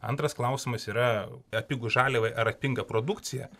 antras klausimas yra atpigus žaliavai ar atpinga produkcija